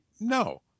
no